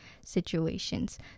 situations